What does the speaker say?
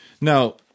Now